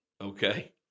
okay